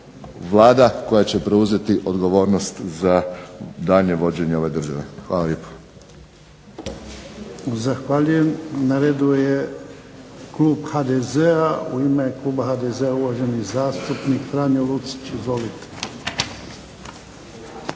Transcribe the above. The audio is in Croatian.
Vlada koja će preuzeti odgovornost za daljnje vođenje ove države. Hvala lijepo. **Jarnjak, Ivan (HDZ)** Zahvaljujem. Na redu je Klub HDZ-a, u ime Kluba HDZ-a uvaženi zastupnik Franjo Lucić. Izvolite.